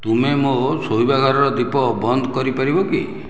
ତୁମେ ମୋ' ଶୋଇବା ଘରର ଦୀପ ବନ୍ଦ କରି ପାରିବ କି